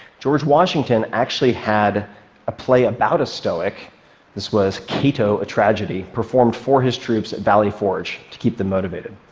george washington actually had a play about a stoic this was cato, a tragedy performed for his troops at valley forge to keep them motivated.